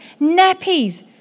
nappies